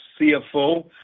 CFO